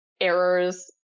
errors